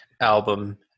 album